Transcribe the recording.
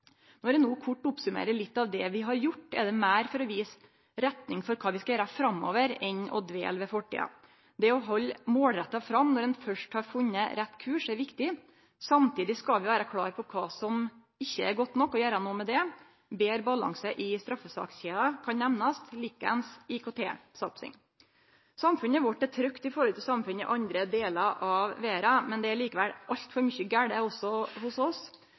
Når eg no kort oppsummerer litt av det vi har gjort, er det meir for å vise ei retning for kva vi skal gjere framover, enn for å dvele ved fortida. Det å halde målretta fram når ein først har funne rett kurs, er viktig. Samtidig skal vi vere klåre på kva som ikkje er godt nok, og gjere noko med det. Betre balanse i straffesakskjeda kan nemnast, likeeins IKT-satsing. Samfunnet vårt er trygt i forhold til samfunnet i andre delar av verda, men det er likevel altfor mykje gale også hos oss.